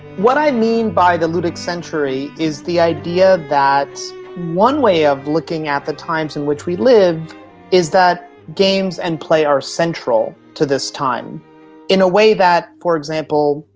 what i mean by the ludic century is the idea that one way of looking at the times in which we live is that games and play are central to this time in a way that, for example,